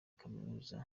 kaminuza